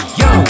yo